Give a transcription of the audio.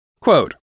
Quote